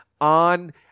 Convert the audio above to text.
on